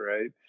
right